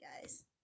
guys